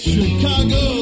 Chicago